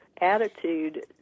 attitude